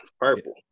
Purple